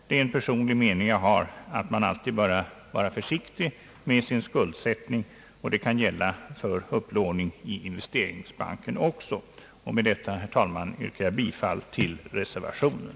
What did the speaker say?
Min personliga mening är att man alltid bör vara försiktig med sin skuldsättning. Det kan också gälla för upplåning i investeringsbanken. Med detta, herr talman, yrkar jag bifall till reservationen.